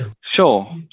Sure